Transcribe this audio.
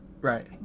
Right